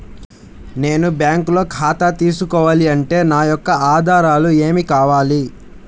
నేను బ్యాంకులో ఖాతా తీసుకోవాలి అంటే నా యొక్క ఆధారాలు ఏమి కావాలి?